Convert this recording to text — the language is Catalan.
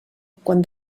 quan